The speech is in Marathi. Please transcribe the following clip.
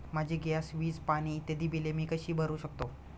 माझी गॅस, वीज, पाणी इत्यादि बिले मी कशी भरु शकतो?